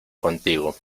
contigo